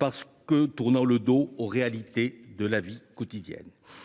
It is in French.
en ce qu’elles tournent le dos aux réalités de la vie quotidienne.